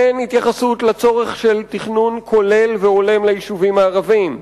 אין התייחסות לצורך של תכנון כולל והולם ליישובים הערביים,